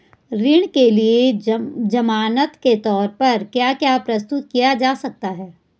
ऋण के लिए ज़मानात के तोर पर क्या क्या प्रस्तुत किया जा सकता है?